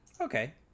okay